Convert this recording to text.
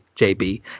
JB